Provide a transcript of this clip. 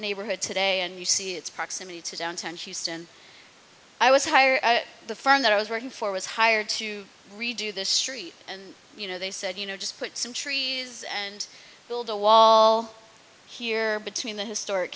neighborhood today and you see its proximity to downtown houston i was hired the firm that i was working for was hired to redo the street and you know they said you know just put some trees and build a wall here between the historic